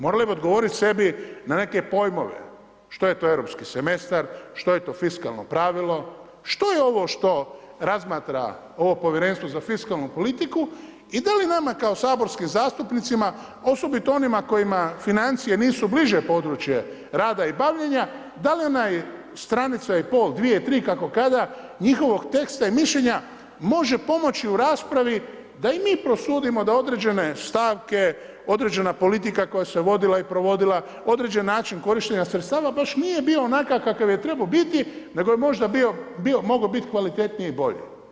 Morali bi odgovoriti sebi na neke pojmove što je to europski semestar, što je to fiskalno pravilo, što je ovo što razmatra ovo Povjerenstvo za fiskalnu politiku i da li nama kao saborskim zastupnicima, osobito onima kojima financije nisu bliže područje rada i bavljenja da li ona stranica i pol, dvije, tri, kako kada njihovog teksta i mišljenja može pomoći u raspravi da i mi prosudimo da određene stavke, određena politika koja se vodila i provodila, određeni način korištenja sredstava baš nije bio onakav kakav je trebao biti nego je možda mogao biti kvalitetniji i bolji.